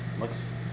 Looks